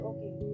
Okay